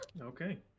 Okay